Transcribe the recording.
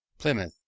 plymouth,